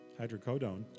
hydrocodone